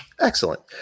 excellent